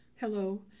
Hello